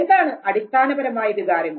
എന്താണ് അടിസ്ഥാനപരമായ വികാരങ്ങൾ